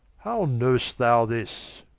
how know'st thou this?